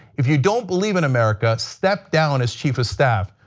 if you don't believe in america, step down is chief of staff.